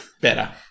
Better